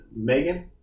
Megan